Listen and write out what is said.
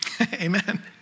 amen